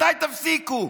מתי תפסיקו?